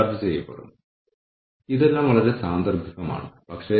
ഇആർപിയുടെ പരിശീലന പരിപാടിയിൽ എത്ര പേർ പങ്കെടുക്കുന്നുവെന്ന് നിങ്ങൾ കണ്ടെത്തും